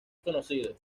conocido